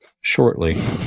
shortly